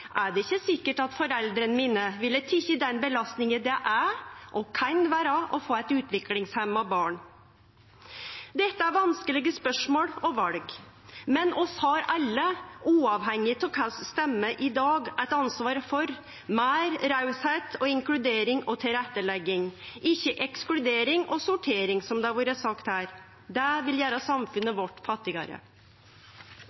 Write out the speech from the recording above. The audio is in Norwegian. er det ikkje sikkert at foreldra mine ville ha teke den belastninga det er og kan vere å få eit utviklingshemma barn. Dette er vanskelege spørsmål og val, men vi har alle, uavhengig av kva vi stemmer i dag, eit ansvar for meir rausheit, inkludering og tilrettelegging, ikkje ekskludering og sortering, som det har vore sagt her. Det vil gjere samfunnet